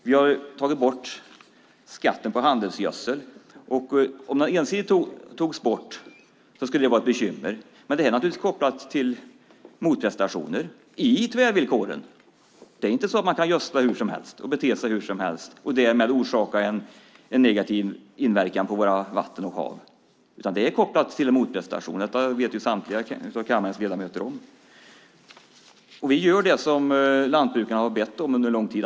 Vi har tagit bort skatten på handelsgödsel. Om den ensidigt togs bort skulle det vara ett bekymmer. Men det är naturligtvis kopplat till motprestationer i tvärvillkoren. Det är inte så att man kan gödsla hur som helst och bete sig hur som helst och därmed orsaka en negativ inverkan på våra vatten och hav. Det är kopplat till en motprestation. Detta vet samtliga av kammarens ledamöter om. Vi gör det som lantbrukarna har bett om under lång tid.